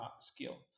skill